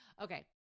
okay